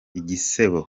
bigenze